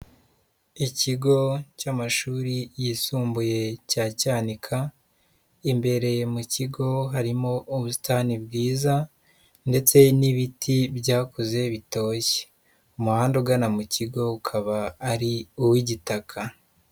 Ikigo cy'amashuri yisumbuye cya Cyanika, imbere mu kigo harimo ubusitani bwiza, ndetse n'ibiti byakuze bitoshye, umuhanda ugana mu kigo ukaba ari uw'igitaka.